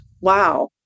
Wow